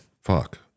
fuck